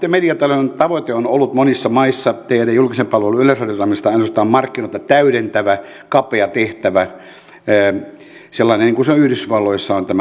kaupallisten mediatalojen tavoite on ollut monissa maissa tehdä julkisen palvelun yleisradiotoiminnasta ainoastaan markkinoita täydentävä kapea tehtävä sellainen kuin se yhdysvalloissa on tämä public tv